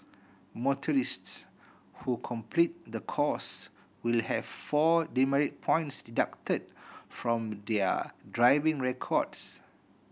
motorists who complete the course will have four demerit points deducted from their driving records